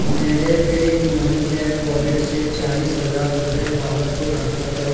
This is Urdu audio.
میرے PayUMoney app wallet سے چالیس ہزار روپے بابر کو ٹرانسفر کرو